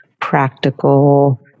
practical